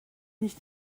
nicht